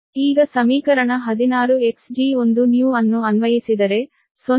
ಈಗ ಸಮೀಕರಣ 16 Xg1new ಅನ್ನು ಅನ್ವಯಿಸಿದರೆ 0